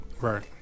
right